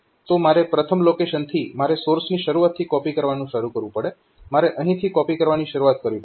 તો મારે પ્રથમ લોકેશનથી મારે સોર્સની શરૂઆતથી કોપી કરવાનું શરૂ કરવું પડે મારે અહીંથી કોપી કરવાની શરૂઆત કરવી પડશે